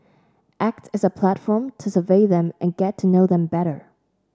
acts as a platform to survey them and get to know them better